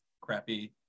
crappy